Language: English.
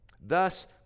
Thus